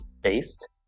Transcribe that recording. based